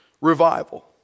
revival